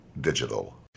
Digital